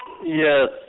Yes